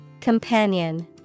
Companion